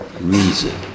reason